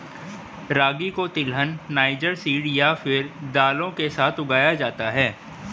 रागी को तिलहन, niger seed या फिर दालों के साथ उगाया जाता है